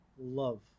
love